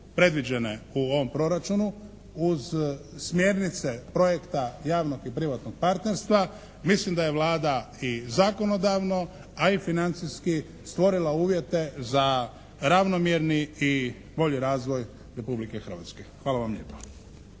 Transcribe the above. predviđene u ovom proračunu uz smjernice projekta javnog i privatnog partnerstva. Mislim da je Vlada i zakonodavno a i financijski stvorila uvjete za ravnomjerni i bolji razvoj Republike Hrvatske. Hvala vam lijepo.